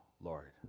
Lord